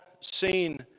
seen